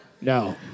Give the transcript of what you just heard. No